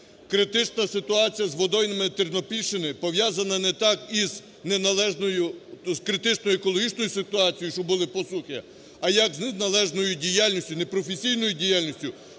Критична ситуація з водоймами на Тернопільщині пов'язана не так із неналежною… з критичною екологічною ситуацією, що були посухи, а як з неналежною діяльністю, непрофесійною діяльністю,